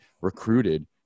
recruited